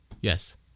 Yes